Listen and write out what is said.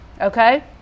Okay